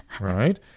Right